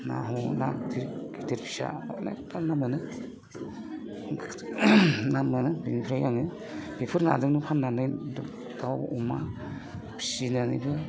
ना हमो ना गिदिर फिसा अनेकथा ना मोनो ना मोनो बेनिफ्राय आङो बेफोर नाजोंनो फाननानै दाउ अमा फिसिनानैबो